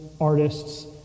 artists